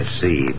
see